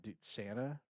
Santa